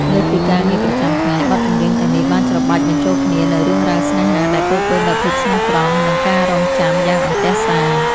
លើសពីការងារប្រចាំថ្ងៃ បទចម្រៀងទាំងនេះបានច្របាច់បញ្ចូលគ្នានូវរឿងរ៉ាវស្នេហាដែលពោរពេញដោយភាពស្មោះត្រង់ និងការរង់ចាំយ៉ាងអន្ទះសារ។